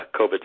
COVID